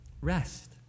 rest